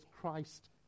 Christ